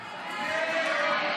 הצעת סיעת הליכוד